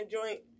Joint